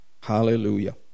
Hallelujah